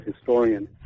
historian